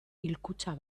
hilkutxa